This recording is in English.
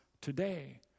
today